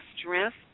strength